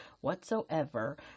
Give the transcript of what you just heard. whatsoever